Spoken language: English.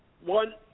one